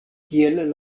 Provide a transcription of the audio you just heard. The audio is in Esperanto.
kiel